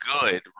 good